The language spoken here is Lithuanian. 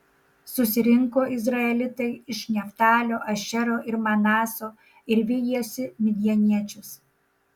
susirinko izraelitai iš neftalio ašero ir manaso ir vijosi midjaniečius